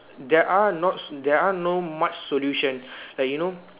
there are not so there are no much solutions like you know